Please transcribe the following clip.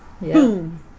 Boom